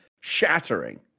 shattering